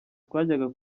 twajyaga